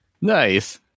Nice